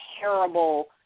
terrible